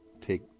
take